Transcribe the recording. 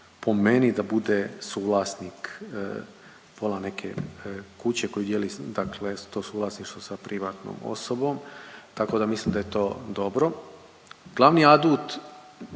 po meni da bude suvlasnik pola neke kuće koju dijeli, dakle to suvlasništvo sa privatnom osobom, tako da mislim da je to dobro. Glavni adut